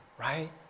right